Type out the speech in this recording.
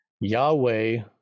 Yahweh